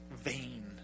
vain